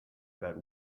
about